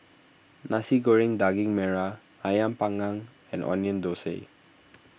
Nasi Goreng Daging Merah Ayam Panggang and Onion Thosai